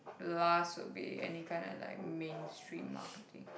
last would be any kind of like mainstream marketing